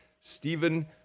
Stephen